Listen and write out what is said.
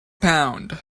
pound